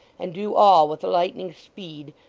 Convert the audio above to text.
and do all with the lightning's speed,